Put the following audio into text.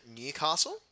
Newcastle